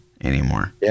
anymore